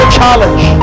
challenge